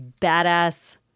badass